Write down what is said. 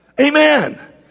Amen